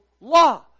law